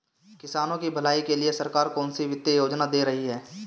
किसानों की भलाई के लिए सरकार कौनसी वित्तीय योजना दे रही है?